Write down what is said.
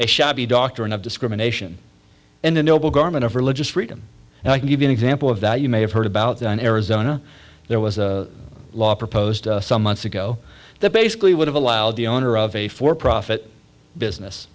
a shabby doctrine of discrimination and a noble garment of religious freedom and i can give you an example of that you may have heard about that in arizona there was a law proposed some months ago that basically would have allowed the owner of a for profit business